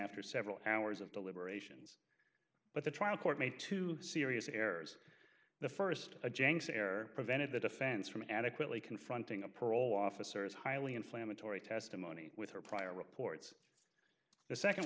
after several hours of deliberations but the trial court made two serious errors the first a janks air prevented the defense from adequately confronting a parole officer is highly inflammatory testimony with her prior reports the second